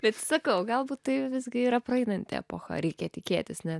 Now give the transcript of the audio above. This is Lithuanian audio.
bet sakau galbūt tai visgi yra praeinanti epocha reikia tikėtis ne